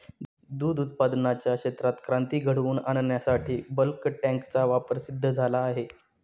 दूध उत्पादनाच्या क्षेत्रात क्रांती घडवून आणण्यासाठी बल्क टँकचा वापर सिद्ध झाला आहे